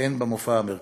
והן במופע המרכזי,